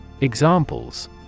Examples